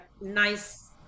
nice